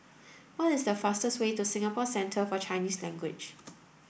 what is the fastest way to Singapore Centre For Chinese Language